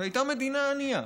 שהייתה מדינה ענייה,